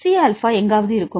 C ஆல்பா எங்காவது இருக்கும்